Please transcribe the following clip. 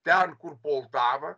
ten kur poltava